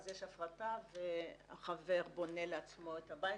אז יש הפרטה והחבר בונה לעצמו את הבית,